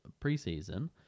preseason